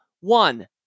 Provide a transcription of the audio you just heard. one